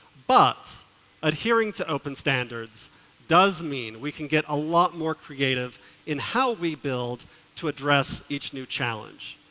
but adhering to open standards does mean we can get a lot more creative in how we build to address each new challenge.